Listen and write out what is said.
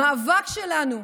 המאבק שלנו,